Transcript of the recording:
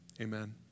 amen